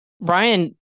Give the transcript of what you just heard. Brian